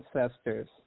ancestors